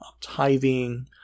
tithing